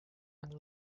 and